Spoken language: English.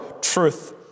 truth